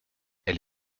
elle